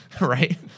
Right